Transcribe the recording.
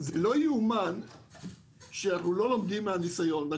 לא יאומן שאנחנו לא לומדים מהניסיון.